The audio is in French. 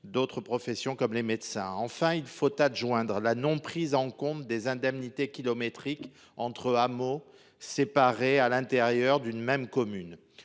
d’autres professions, notamment les médecins. Enfin, il faut considérer la non prise en compte des indemnités kilométriques entre hameaux séparés à l’intérieur d’une même commune.